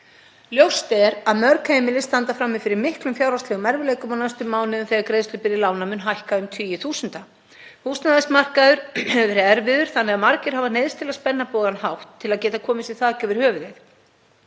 Ljóst er að mörg heimili standa frammi fyrir miklum fjárhagslegum erfiðleikum á næstu mánuðum, þegar greiðslubyrði lána mun hækka um tugi þúsunda. Húsnæðismarkaður hefur verið erfiður þannig að margir hafa neyðst til að spenna bogann hátt til að geta komið sér þaki yfir höfuðið.